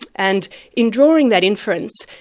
and in drawing that inference,